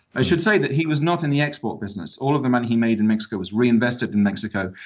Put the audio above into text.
i should say that he was not in the export business. all of the money he made in mexico was reinvested in mexico.